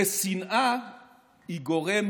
ושנאה היא גורם